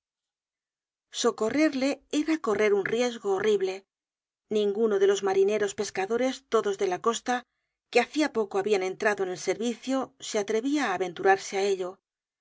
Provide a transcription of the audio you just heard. socorrerle era correr un riesgo horrible ninguno de los marineros pescadores todos de la costa que hacia poco habian entrado en el servicio se atrevia á aventurarse á ello